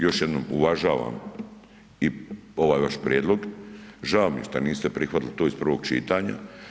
Još jednom uvažavam i ovaj vaš prijedlog, žao mi je šta niste prihvatili to iz prvog čitanja.